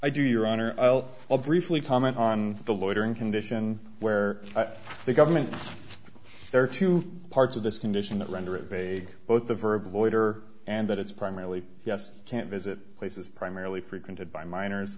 i do your honor i'll briefly comment on the loitering condition where the government there are two parts of this condition that render it vague both the verb avoider and that it's primarily yes can't visit places primarily frequented by minors